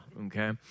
okay